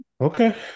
Okay